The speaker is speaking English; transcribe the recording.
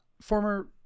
former